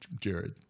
Jared